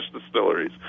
distilleries